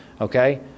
okay